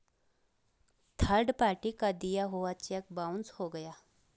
third party का दिया हुआ चेक बाउंस हो गया